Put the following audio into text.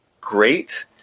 great